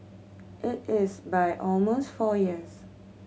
it is by almost four years